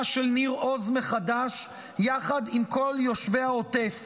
של ניר עוז מחדש יחד עם כל יושבי העוטף.